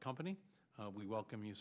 company we welcome you